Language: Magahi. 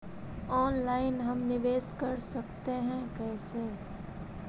ऑनलाइन हम निवेश कर सकते है, कैसे?